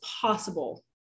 possible